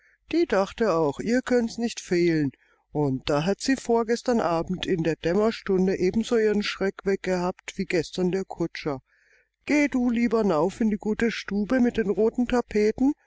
die dachte auch ihr könnt's nicht fehlen und da hat sie vorgestern abend in der dämmerstunde ebenso ihren schreck weggehabt wie gestern der kutscher geh du lieber nauf in die gute stube mit den roten tapeten